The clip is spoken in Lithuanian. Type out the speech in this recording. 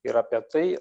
ir apie tai